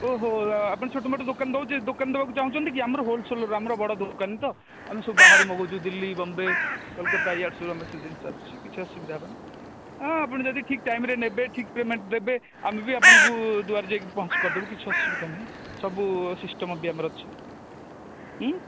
ଓହୋ ଆପଣ ଛୋଟ ମୋଟ ଦୋକାନ ଦେଉଛନ୍ତି ଦୋକାନ ଦେବାକୁ ଚାହୁଁଛନ୍ତି କି ଆମର ହୋଲ୍ସେଲ୍ ଆମର ବଡ଼ ଦୋକାନ ତ ସବୁ ବାହାରୁ ମଗାଉଛୁ ଦିଲ୍ଲୀ ବମ୍ବେ କଲିକତା ଇଆଡୁ ସବୁ ଜିନିଷ ଆସୁଛି କିଛି ଅସୁବିଧା ହେବନି ହଁ ଆପଣ ଯଦି ଠିକ ଟାଇମ୍ରେ ନେବେ ଠିକ ଟାଇମ୍ରେ ପେମେଣ୍ଟ ଦେବେ ଆମେ ବି ଆପଣଙ୍କ ଦୁଆରେ ଯାଇକି ପହଞ୍ଚାଇବୁ କିଛି ଅସୁବିଧା ନାହିଁ ସବୁ ସିଷ୍ଟମ ବି ଆମର ଅଛି ଉଁ